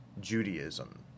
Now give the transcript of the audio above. Judaism